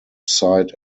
side